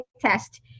test